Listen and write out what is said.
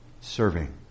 Serving